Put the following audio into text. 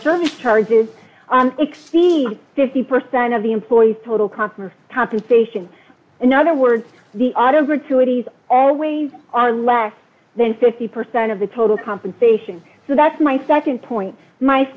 service charges exceed fifty percent of the employee's total cost of compensation in other words the auto gratuities always are less than fifty percent of the total compensation so that's my nd point my